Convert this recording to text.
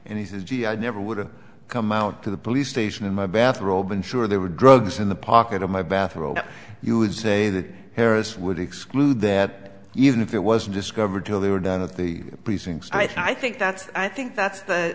and he says gee i never would have come out to the police station in my bathrobe and sure there were drugs in the pocket of my bathrobe you would say that harris would exclude that even if it wasn't discovered till they were done at the precincts i think that's i think that's the